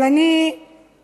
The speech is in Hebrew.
אבל אני מסתייגת